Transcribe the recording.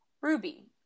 ruby